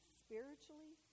spiritually